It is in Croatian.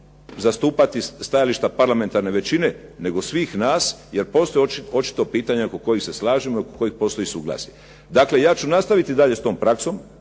zastupati stajališta parlamentarne većine, nego svih nas, jer postoje očito pitanja oko kojih se slažemo i oko kojih postoji suglasje. Dakle, ja ću nastaviti i dalje s tom praksom,